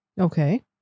Okay